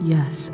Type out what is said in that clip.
Yes